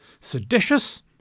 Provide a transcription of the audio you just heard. seditious